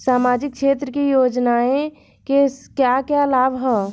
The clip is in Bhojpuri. सामाजिक क्षेत्र की योजनाएं से क्या क्या लाभ है?